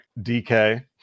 DK